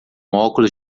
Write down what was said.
óculos